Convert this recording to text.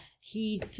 heat